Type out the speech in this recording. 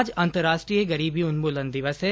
आज अंतरराष्ट्रीय गरीबी उन्मूलन दिवस है